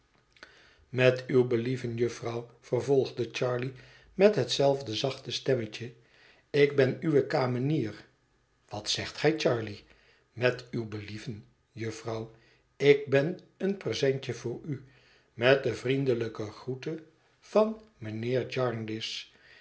met uw believen jufvrouw vervolgde charley met hetzelfde zachte stemmetje ik ben uwe kamenier wat zegt gij charley met uw believen jufvrouw ik ben een presentje voor u met de vriendelijkegroetevan mijnheer